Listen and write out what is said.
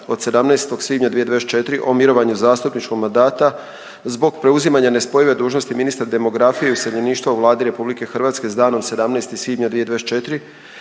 od 17. svibnja 2024. o mirovanju zastupničkog mandata zbog preuzimanja nespojive dužnosti ministra demografije i useljeništva u Vladi RH s danom 17. svibnja 2024.